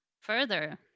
further